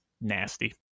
nasty